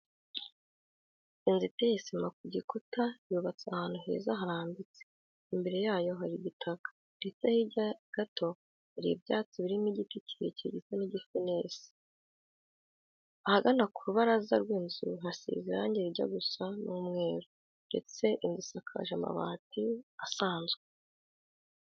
Inzu iteye sima ku gikuta yubatse ahantu heza harambitse, imbere yayo hari igitaka ndetse hirya gato hari ibyatsi birimo igiti kirekire gisa n'igifenesi. Ahagana ku rubaraza rw'inzu hasize irange rijya gusa n'umweru ndetse inzu isakaje amabati asanzwe.